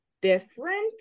different